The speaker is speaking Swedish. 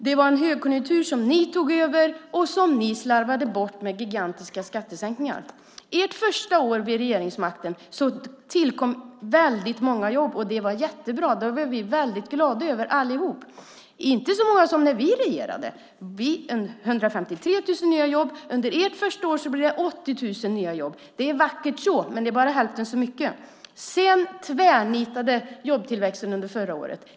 Det var en högkonjunktur som ni tog över och som ni slarvade bort med gigantiska skattesänkningar. Ert första år vid regeringsmakten tillkom väldigt många jobb, och det var jättebra. Det var vi väldigt glada över allihop. Det var inte så många som när vi regerade. Då var det 153 000 nya jobb. Under ert första år blev det 80 000 nya jobb. Det är vackert så, men det är bara hälften så mycket. Sedan tvärnitade jobbtillväxten under förra året.